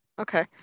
Okay